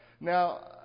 Now